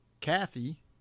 Kathy